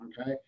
Okay